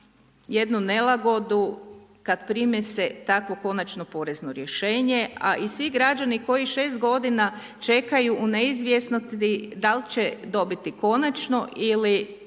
jednu nelagodu kad prime se takvog konačno porezno rješenje, a i svi građani koji 6 godina čekaju u neizvjesnosti da li će dobiti konačno ili